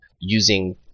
using